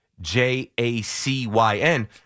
J-A-C-Y-N